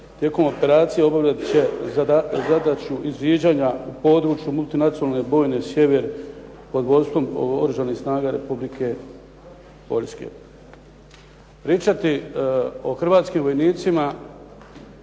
tijekom operacije obavljat će zadaću izviđanja u području multinacionalne bojne sjever pod vodstvom Oružanih snaga Republike Poljske. Pričati o hrvatskim vojnicima